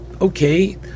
okay